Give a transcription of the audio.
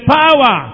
power